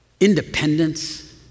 independence